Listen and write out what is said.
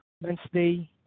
Wednesday